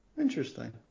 Interesting